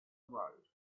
road